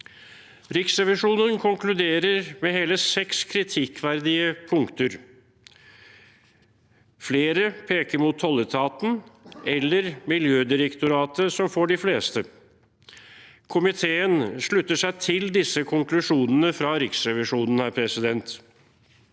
Riksrevisjonen konkluderer med hele seks kritikkverdige punkter. Flere peker mot tolletaten eller Miljødirektoratet, som får de fleste. Komiteen slutter seg til disse konklusjonene fra Riksrevisjonen. I tillegg